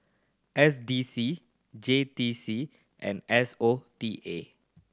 S D C J T C and S O T A